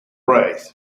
reis